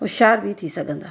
हुशियारु बि थी सघंदा